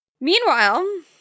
Meanwhile